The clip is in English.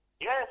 Yes